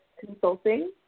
consulting